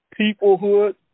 Peoplehood